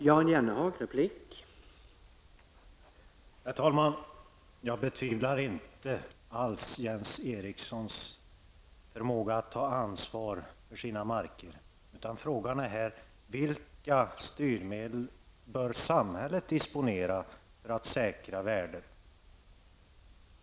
Herr talman! Jag betvivlar inte alls Jens Erikssons förmåga att ta ansvar för sina marker. Frågan är vilka styrmedel samhället bör disponera över för att säkra värdet.